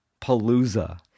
Palooza